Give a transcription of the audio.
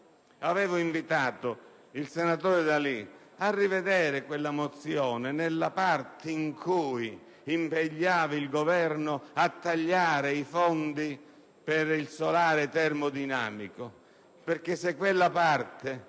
Avevo invitato il senatore D'Alì a rivedere la mozione nella parte in cui impegnava il Governo a tagliare i fondi per il solare termodinamico. Se quella parte